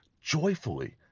joyfully